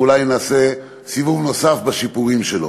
ואולי נעשה סיבוב נוסף בשיפורים שלו.